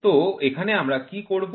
তো এখানে আমরা কী করব